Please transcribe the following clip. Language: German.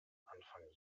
anfang